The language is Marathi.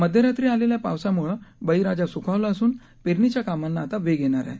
मध्यरात्री आलेल्या पावसामुळं बळीराजा सुखावला असून पेरणीच्या कामांना आता वेग येणार आहे